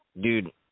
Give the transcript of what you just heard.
dude